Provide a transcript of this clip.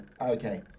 okay